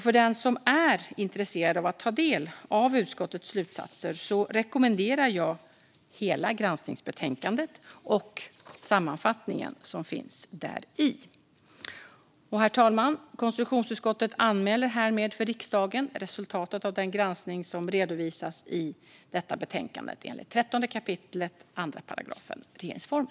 För den som är intresserad av att ta del av utskottets slutsatser rekommenderar jag hela granskningsbetänkandet och sammanfattningen som finns däri. Herr talman! Konstitutionsutskottet anmäler härmed för riksdagen resultatet av den granskning som redovisas i detta betänkande enligt 13 kap. 2 § regeringsformen.